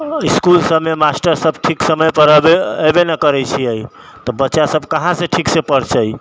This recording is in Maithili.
इसकुल सबमे मास्टर सब ठीक समयपर ऐबे नहि करै छिऐ तऽ बच्चा सब कहांसँ ठीकसँ पढ़तै